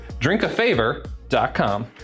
drinkafavor.com